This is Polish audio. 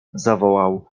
zawołał